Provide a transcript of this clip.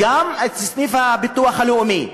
וגם את סניף הביטוח הלאומי,